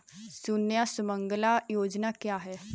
सुकन्या सुमंगला योजना क्या है?